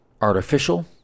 artificial